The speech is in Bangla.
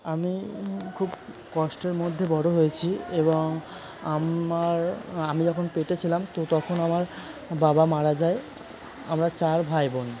আমি খুব কষ্টের মধ্যে বড় হয়েছি এবং আমার আমি যখন পেটে ছিলাম তো তখন আমার বাবা মারা যায় আমরা চার ভাই বোন